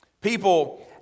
People